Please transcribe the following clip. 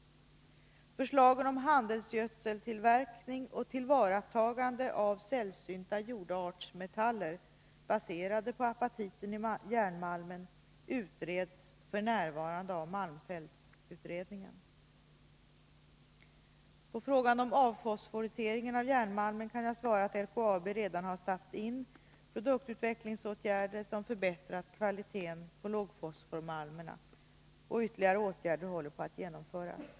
Förslagen om handelsgödseltillverkning och tillvaratagandet av sällsynta jordartsmetaller, baserade på apatiten i järnmalmen, utreds f.n. av malmfältsutredningen. På frågan om avfosforisering av järnmalmen kan jag svara att LKAB redan har satt in produktutvecklingsåtgärder som förbättrat kvaliteten på lågfosformalmerna, och ytterligare åtgärder håller på att genomföras.